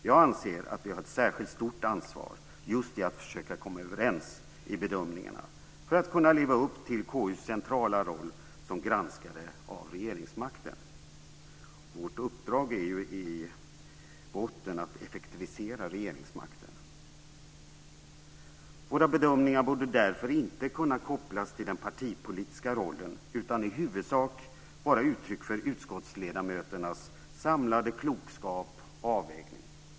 Jag anser att vi har ett särskilt stort ansvar just när det gäller att försöka komma överens i bedömningarna för att kunna leva upp till KU:s centrala roll som granskare av regeringsmakten. Vårt uppdrag är ju i botten att effektivisera regeringsmakten. Våra bedömningar borde därför inte kunna kopplas till den partipolitiska rollen utan i huvudsak vara uttryck för utskottsledamöternas samlade klokskap och avvägningar.